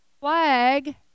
flag